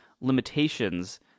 limitations